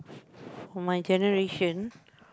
for my generation